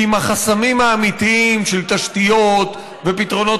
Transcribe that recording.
כי עם החסמים האמיתיים של תשתיות ופתרונות